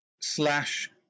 slash